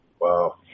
Wow